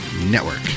network